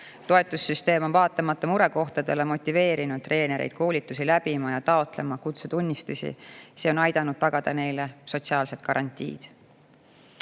Toetussüsteem on vaatamata murekohtadele motiveerinud treenereid koolitusi läbima ja taotlema kutsetunnistusi. See on aidanud tagada neile sotsiaalsed garantiid. Õnneks